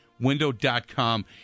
window.com